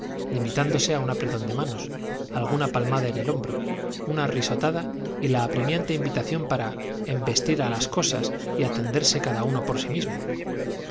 limitándose a un apretón de manos alguna palmada en el hombro una risotada y la apremiante invitación para embestir a las cosas y atenderse cada uno por sí mismo